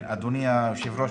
אדוני היושב-ראש,